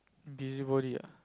busy body ah